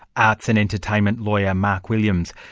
arts and entertainment lawyer, mark williams.